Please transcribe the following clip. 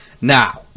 Now